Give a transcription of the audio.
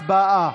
הצבעה.